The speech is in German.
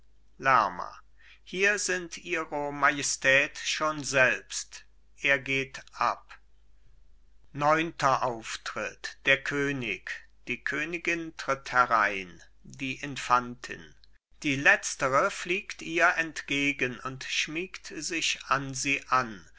lerma hier sind ihre majestät schon selbst er geht ab neunter auftritt der könig die königin tritt herein die infantin die letztere fliegt ihr entgegen und schmiegt sich an sie an